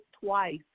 twice